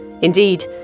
Indeed